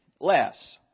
less